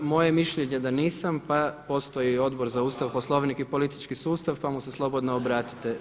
Moje je mišljenje da nisam pa postoji Odbor za Ustav, Poslovnik i politički sustav pa mu se slobodno obratite.